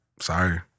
Sorry